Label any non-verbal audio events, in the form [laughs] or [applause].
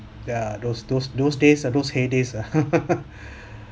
ya those those those days are those heydays [laughs]